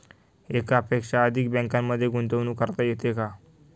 एकापेक्षा अधिक बँकांमध्ये गुंतवणूक करता येते का?